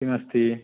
किमस्ति